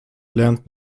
lernt